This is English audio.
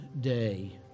day